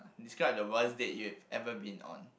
describe the worst date you have ever been on